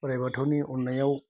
अराय बाथौनि अननायाव